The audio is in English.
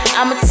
I'ma